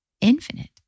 infinite